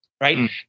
Right